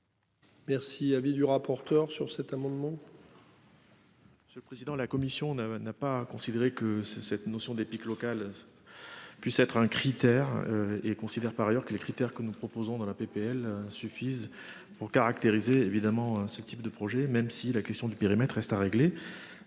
Merci. Avis du rapporteur sur cet amendement.